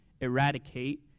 eradicate